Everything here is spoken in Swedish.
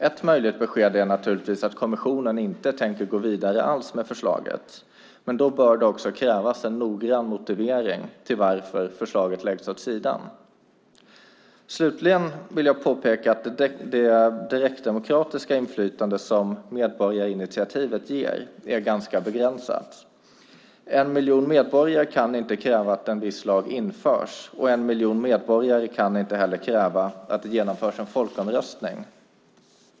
Ett möjligt besked är naturligtvis att kommissionen inte alls tänker gå vidare med förslaget, men då bör det också krävas en noggrann motivering till att förslaget läggs åt sidan. Slutligen vill jag påpeka att det direktdemokratiska inflytande som medborgarinitiativet ger är ganska begränsat. En miljon medborgare kan inte kräva att en viss lag införs, och en miljon medborgare kan inte heller kräva att det genomförs en folkomröstning.